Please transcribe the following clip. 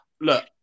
Look